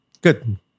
Good